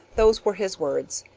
those were his words.